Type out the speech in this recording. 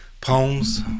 poems